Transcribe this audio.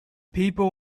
people